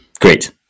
Great